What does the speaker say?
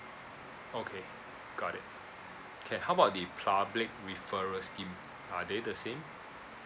okay got it can how about the public referral scheme are they the same